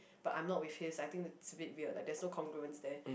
but I'm not with his I think should be weird lah that so congruence there